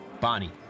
Bonnie